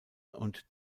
und